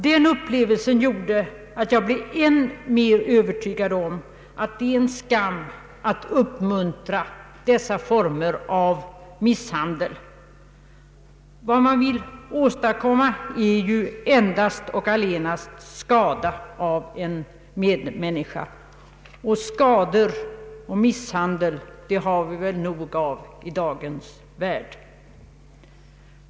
Den upplevelsen gjorde att jag blev än mer övertygad om att det är en skam att uppmuntra dessa former av misshandel. Vad man vill åstadkomma är ju endast och allenast att skada en medmänniska. Och skador och misshandel har vi väl nog av i dagens värld!